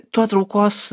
tuo traukos